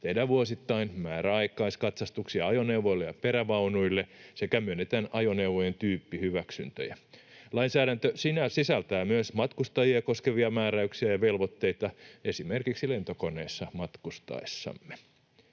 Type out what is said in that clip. tehdään vuosittain määräaikaiskatsastuksia ajoneuvoille ja perävaunuille sekä myönnetään ajoneuvojen tyyppihyväksyntöjä. Lainsäädäntö sisältää myös matkustajia koskevia määräyksiä ja velvoitteita esimerkiksi lentokoneessa matkustaessamme.